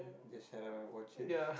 just shut up and watch it